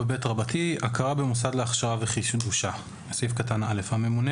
הכרה במוסד להכשרה וחידושה 4ב. (א) הממונה